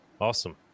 Awesome